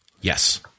yes